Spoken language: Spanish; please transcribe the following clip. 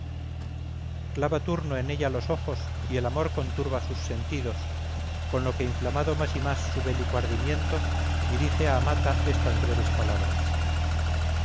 virgen clava turno en ella los ojos y el amor conturba sus sentidos con lo que inflamado más y más su bélico ardimiento dirige a amata estas breves palabras